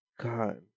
god